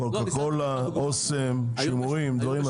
קוקה-קולה, אסם, שימורים.